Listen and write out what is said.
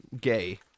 gay